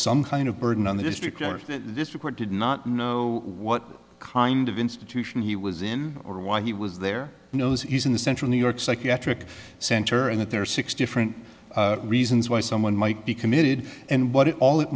some kind of burden on the district this report did not know what kind of institution he was in or why he was there knows he's in the central new york psychiatric center and that there are six different reasons why someone might be committed and what it all it